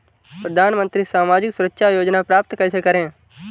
प्रधानमंत्री सामाजिक सुरक्षा योजना प्राप्त कैसे करें?